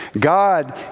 God